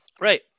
right